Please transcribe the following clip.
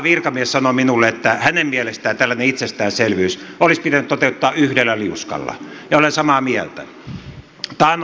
kaavavirkamies sanoi minulle että hänen mielestään tällainen itsestäänselvyys olisi pitänyt toteuttaa yhdellä liuskalla ja olen samaa mieltä